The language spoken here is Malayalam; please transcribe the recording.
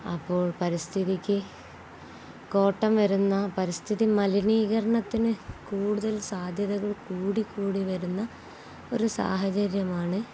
അപ്പോൾ പരിസ്ഥിതിക്കു കോട്ടം വരുന്ന പരിസ്ഥിതി മലിനീകരണത്തിനു കൂടുതൽ സാധ്യതകൾ കൂടിക്കൂടി വരുന്ന ഒരു സാഹചര്യമാണ്